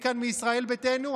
מי כאן מישראל ביתנו?